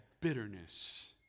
bitterness